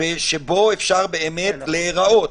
שבו אפשר באמת להיראות.